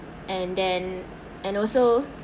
and then and also